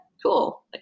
Cool